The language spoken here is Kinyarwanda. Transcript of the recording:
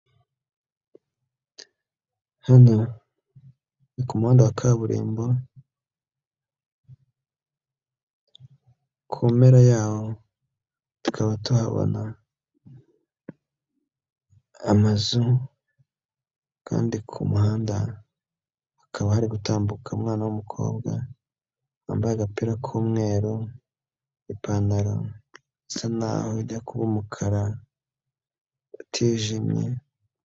Hano ni ku muhanda wa kaburimbo, ku mpera yawo, tukaba tuhabona, amazu kandi ku muhanda hakaba ari gutambuka umwana w'umukobwa, wambaye agapira k'umweru ipantaro isa n'aho ajya kuba umukara, utijimye.